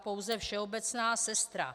Pouze všeobecná sestra.